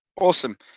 Awesome